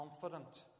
confident